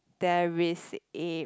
there is a